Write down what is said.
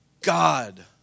God